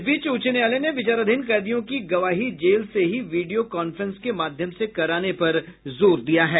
इस बीच उच्च न्यायालय ने विचाराधीन कैदियों की गवाही जेल से ही वीडियो कान्फ्रेंस के माध्यम से कराने पर जोर दिया है